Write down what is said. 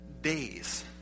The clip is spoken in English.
days